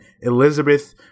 Elizabeth